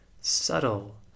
subtle